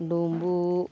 ᱰᱩᱢᱵᱩᱜ